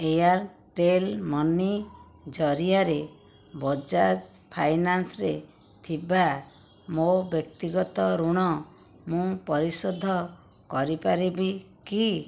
Airtel money ଜରିଆରେ ବଜାଜ୍ ଫାଇନାନ୍ସରେ ଥିବା ମୋ ବ୍ୟକ୍ତିଗତ ଋଣ ମୁଁ ପରିଶୋଧ କରିପାରିବି କି